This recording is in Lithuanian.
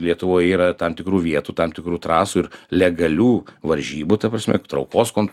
lietuvoj yra tam tikrų vietų tam tikrų trasų ir legalių varžybų ta prasme traukos kon